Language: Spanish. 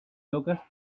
locas